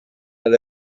that